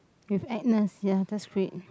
with Agnes ya that's great